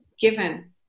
given